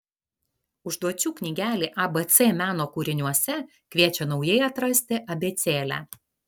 užduočių knygelė abc meno kūriniuose kviečia naujai atrasti abėcėlę